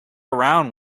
around